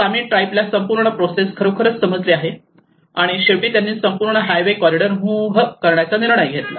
Sami ट्राईबला संपूर्ण process खरोखरच समजली आहे आणि शेवटी त्यांनी संपूर्ण हायवे कॉरिडोर मूव्ह करण्याचा निर्णय घेतला